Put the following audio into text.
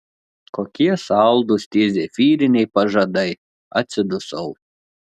kokie saldūs tie zefyriniai pažadai atsidusau